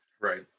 Right